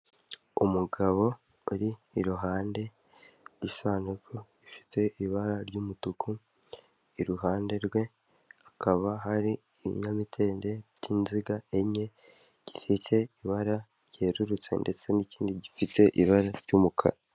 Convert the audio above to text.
Umugabo uri iruhande rw'isanduku ifite ibara ry'umutuku, iruhande rwe hakaba hari ibinyamitende by'inziga enye, gifite ibara ryerurutse, ndetse n'ikindi gifite ibara ry'umukara.